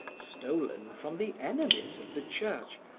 stolen from the enemies of the church,